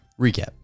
Recap